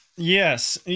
Yes